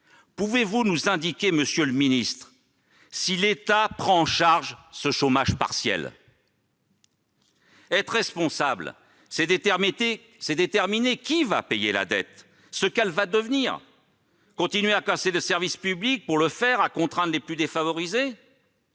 Pouvez-vous nous indiquer si l'État prend en charge ce chômage partiel ? Être responsable, c'est déterminer qui va payer la dette, ce qu'elle va devenir. Allez-vous continuer à casser le service public, à contraindre les plus défavorisés ?